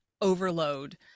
overload